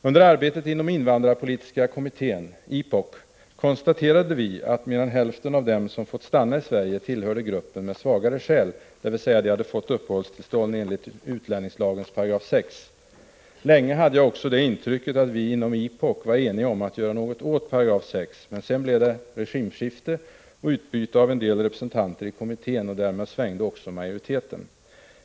Under arbetet inom invandrarpolitiska kommittén konstaterade vi att mer än hälften av dem som fått stanna i Sverige tillhörde gruppen med svagare skäl, dvs. de hade fått uppehållstillstånd enligt utlänningslagens 6 §. Länge hade jag också det intrycket att vi i IPOK var eniga om att göra något åt 6§, men sedan blev det regimskifte och utbyte av en del representanter i kommittén, och därmed svängde också majoriteten.